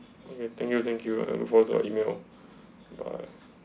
okay thank you thank you and for the email bye